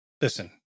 Listen